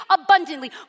abundantly